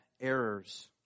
errors